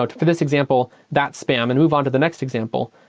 ah for this example, that spam, and move on to the next example.